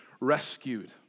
rescued